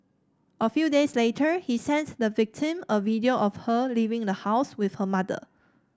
a few days later he sent the victim a video of her leaving the house with her mother